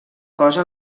cosa